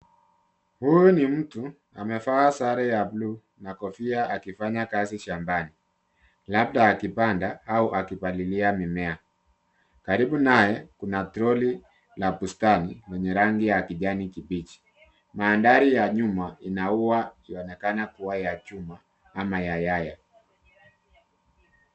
Huu ni mtu amevaa sare ya blue na kofia, akifanya kazi shambani, labda akipanda au akipalilia mimea. Karibu naye kuna troli la bustani, lenye rangi ya kijani kibichi. Mandhari ya nyuma ina ua ikionekana kua ya chuma ama ya yaya.